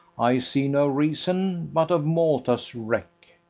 i see no reason but of malta's wreck,